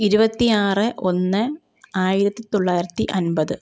ഇരുവത്തിയാറ് ഒന്ന് ആയിരത്തിത്തൊള്ളായിരത്തി അൻപത്